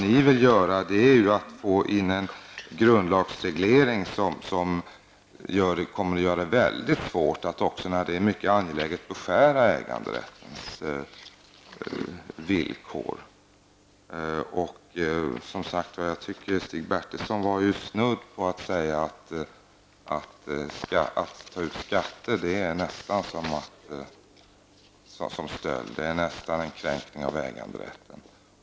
Ni vill ju åstadkomma en grundlagsreglering som kommer att göra det mycket svårt att, också när det är mycket angeläget, beskära äganderättens villkor. Stig Bertilsson var snudd på att säga att det var stöld att ta ut skatter, att det nästan är en kränkning av äganderätten.